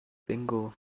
bingo